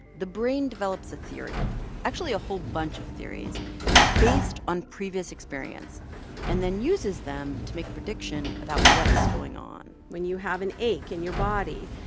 the brain develops a theory actually a whole bunch of theories based on previous experience and then uses them to make a prediction about what is going on when you have an ache in your body,